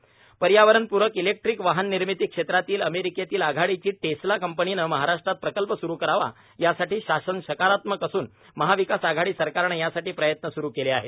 Tesla company पर्यावरण प्रक electric वाहन निर्मिती क्षेत्रातील अमेरिकेतील आघाडीची टेस्ला कंपनीने महाराष्ट्रात प्रकल्प स्रू करावा यासाठी शासन सकारात्मक असून महाविकास आघाडी सरकारनं यासाठी प्रयत्न सुरू केले आहेत